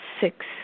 six